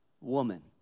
woman